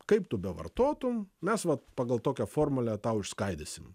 kaip tu bevartotum mes vat pagal tokią formulę tau išskaidysime